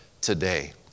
today